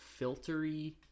filtery